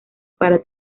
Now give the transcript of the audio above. para